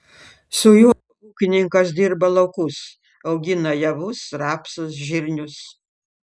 su juo ūkininkas dirba laukus augina javus rapsus žirnius